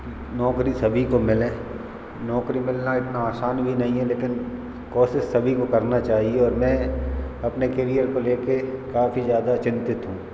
कि नौकरी सभी को मिले नौकरी मिलना इतना आसान भी नहीं है लेकिन कोशिश सभी को करना चाहिए और मैं अपने केरियर को लेकर काफी ज़्यादा चिंतित हूँ